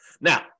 Now